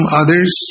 others